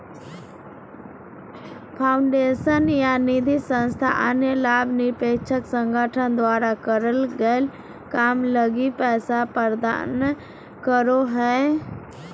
foundation या निधिसंस्था अन्य लाभ निरपेक्ष संगठन द्वारा करल गेल काम लगी पैसा प्रदान करो हय